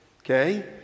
okay